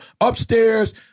upstairs